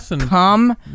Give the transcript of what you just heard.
come